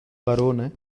barone